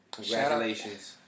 Congratulations